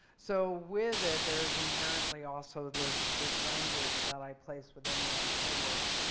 so with it, there's inherently also this this language that i place within the the work.